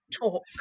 talk